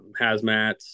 hazmats